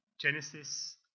Genesis